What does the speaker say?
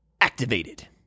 activated